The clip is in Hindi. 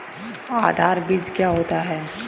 आधार बीज क्या होता है?